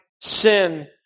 sin